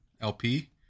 LP